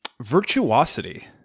Virtuosity